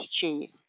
cheese